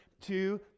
two